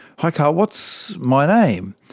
hi karl, what's my name?